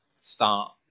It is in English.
start